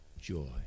joy